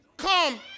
come